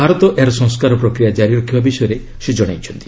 ଭାରତ ଏହାର ସଂସ୍କାର ପ୍ରକ୍ରିୟା ଜାରି ରଖିବା ବିଷୟରେ ସେ ଜଣାଇଛନ୍ତି